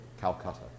Calcutta